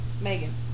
Megan